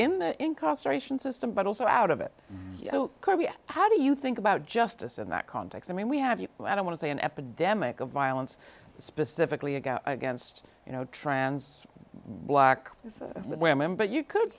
in the incarceration system but also out of it so how do you think about justice in that context i mean we have you know i don't want to say an epidemic of violence specifically a go against you know trans block where member you could